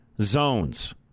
zones